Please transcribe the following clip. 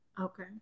Okay